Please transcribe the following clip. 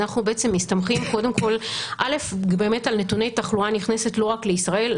אנחנו בעצם מסתמכים קודם כל על נתוני תחלואה נכנסת לא רק לישראל.